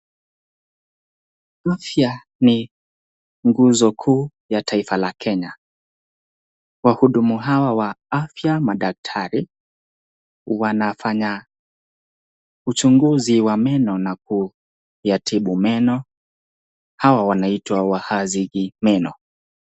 Afya ni nguzo kuu ya taoifa la Kenya, wahudumu hawa wa afya, madaktari, wanafanya uchunguzi wa meno na kuyatibu meno hawa wanaitwa wahazihi meno.